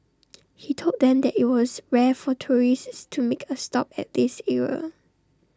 he told them that IT was rare for tourists to make A stop at this area